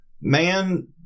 man